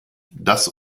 das